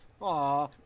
Aw